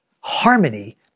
Harmony